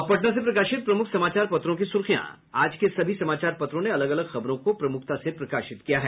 अब पटना से प्रकाशित प्रमुख समाचार पत्रों की सुर्खियां आज के सभी समाचार पत्रों ने अलग अलग खबरों को प्रमुखता से प्रकाशित किया है